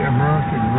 American